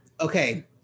Okay